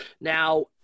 now